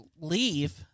leave